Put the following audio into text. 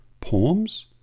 poems